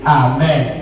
amen